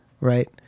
Right